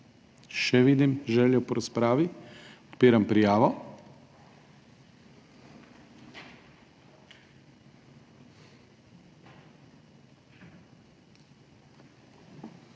Še vidim želje po razpravi. Odpiram prijavo.